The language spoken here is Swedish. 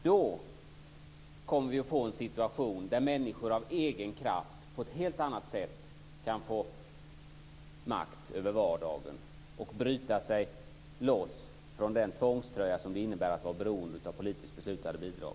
Då kommer vi att få en situation där människor av egen kraft på ett helt annat sätt kan få makt över vardagen och bryta sig loss från den tvångströja som det innebär att vara beroende av politiskt beslutade bidrag.